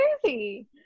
crazy